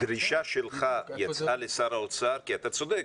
כי אתה צודק,